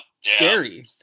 scary